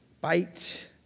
bite